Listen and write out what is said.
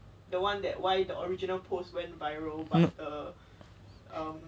nope